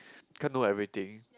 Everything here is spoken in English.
can't know everything